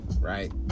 Right